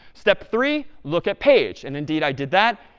step three, look at page. and indeed i did that.